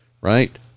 right